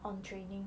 on training